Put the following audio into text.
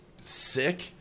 sick